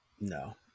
No